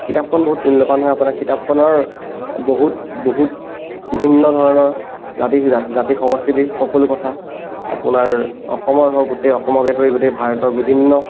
কিতাপখন বহুত মূল্যৱান হয় আপোনাৰ কিতাপখনৰ বহুত বহুত বিভিন্ন ধৰণৰ জাতি জাতি সংস্কৃতিৰ সকলো কথা আপোনাৰ অসমৰ হওক গোটেই অসমকে ধৰি গোটেই ভাৰতৰ বিভিন্ন